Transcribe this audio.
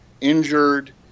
injured